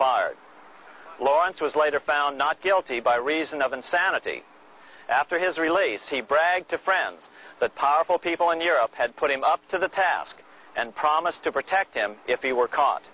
fired lawrence was later found not guilty by reason of insanity after his release he bragged to friends that powerful people in europe had put him up to the task and promised to protect him if he were caught